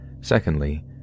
Secondly